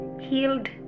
healed